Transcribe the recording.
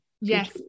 yes